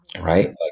right